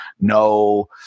no